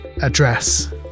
address